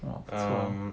um